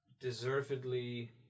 deservedly